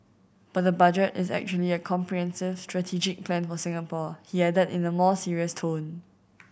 but the Budget is actually a comprehensive strategic plan for Singapore he added in a more serious tone